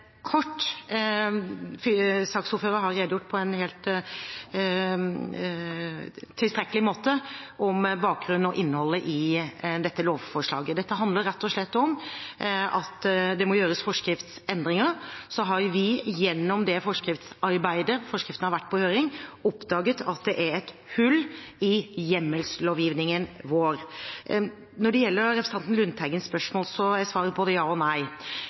kort. Saksordføreren har på en tilstrekkelig måte redegjort om bakgrunnen for og innholdet i dette lovforslaget. Dette handler rett og slett om at det må gjøres forskriftsendringer. Så har vi gjennom forskriftsarbeidet – forskriftene har vært på høring – oppdaget at det er et hull i hjemmelslovgivningen vår. Når det gjelder representanten Lundteigens spørsmål, er svaret på det ja og nei.